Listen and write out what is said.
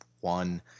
one